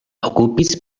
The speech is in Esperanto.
okupis